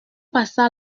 passa